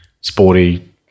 sporty